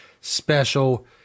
special